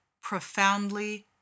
profoundly